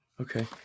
Okay